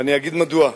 ואני אגיד מדוע.